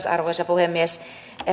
arvoisa puhemies